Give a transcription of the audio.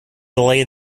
delay